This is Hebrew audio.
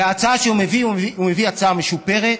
וההצעה שהוא מביא, הוא מביא הצעה משופרת,